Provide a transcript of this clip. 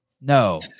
No